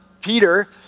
Peter